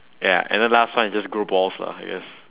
ya and the last one is just grow balls lah I guess